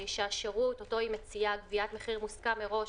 שהשירות אותו היא מציעה גביית מחיר מוסכם מראש